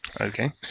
Okay